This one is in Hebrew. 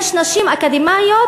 יש נשים אקדמאיות,